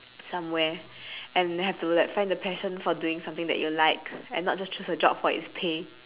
somewhere and have to like find the passion for doing something that you like and not just choose a job for its pay